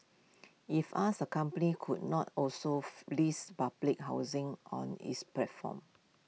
if asked the company could not also list public housing on its platform